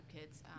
Kids